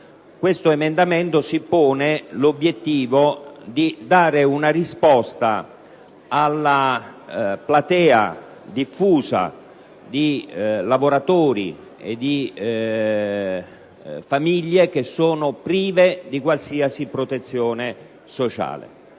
questo emendamento si pone l'obiettivo di dare una risposta alla diffusa platea di lavoratori e famiglie privi di qualsiasi protezione sociale.